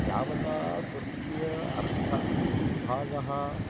यावता स्वस्य अर्धभागः